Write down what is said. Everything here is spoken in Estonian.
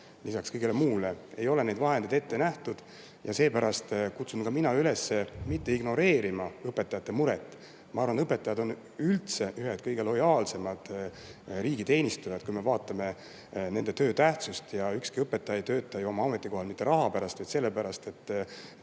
lisaks kõigele muule, ei ole neid vahendeid ette nähtud. Seepärast kutsun ka mina üles õpetajate muret mitte ignoreerima. Ma arvan, et õpetajad on üldse ühed kõige lojaalsemad riigiteenistujad, kui me vaatame nende töö tähtsust, ja ükski õpetaja ei tööta ju oma ametikohal mitte raha pärast, vaid sellepärast, et